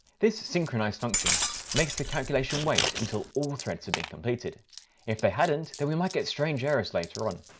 this synchronise function makes the calculation wait until all threads have been completed if they hadn't then we might get strange errors later on,